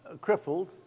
crippled